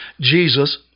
Jesus